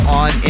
on